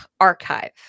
Archive